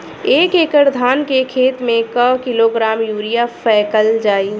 एक एकड़ धान के खेत में क किलोग्राम यूरिया फैकल जाई?